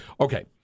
Okay